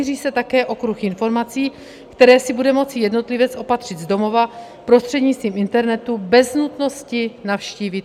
Rozšíří se také okruh informací, které si bude moci jednotlivec opatřit z domova prostřednictvím internetu bez nutnosti navštívit úřad.